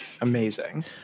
Amazing